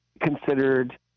considered